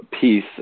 piece